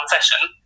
session